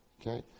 Okay